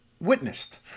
witnessed